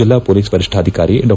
ಜಿಲ್ಲಾ ಪೊಲೀಸ್ ವರಿಷ್ಠಾಧಿಕಾರಿ ಡಾ